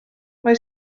mae